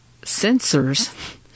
sensors